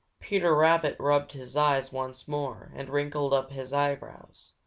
peter rabbit rubbed his eyes once more and wrinkled up his eyebrows.